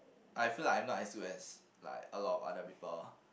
I feel like I am not as good as like a lot of other people